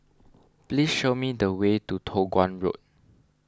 please show me the way to Toh Guan Road